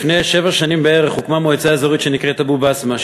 לפני שבע שנים בערך הוקמה מועצה אזורית שנקראת אבו-בסמה,